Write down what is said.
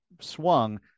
swung